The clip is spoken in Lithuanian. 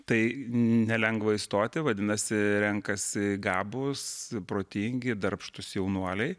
tai nelengva įstoti vadinasi renkasi gabūs protingi darbštūs jaunuoliai